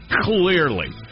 Clearly